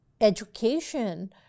education